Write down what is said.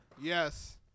Yes